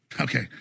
Okay